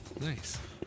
Nice